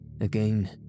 Again